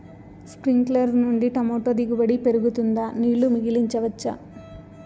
స్ప్రింక్లర్లు నుండి టమోటా దిగుబడి పెరుగుతుందా? నీళ్లు మిగిలించవచ్చా?